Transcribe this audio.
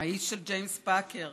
האיש של ג'ימס פאקר: